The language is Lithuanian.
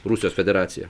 rusijos federaciją